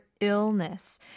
illness